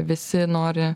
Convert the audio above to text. visi nori